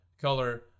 color